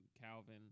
Calvin